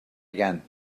again